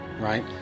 right